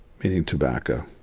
meaning tobacco.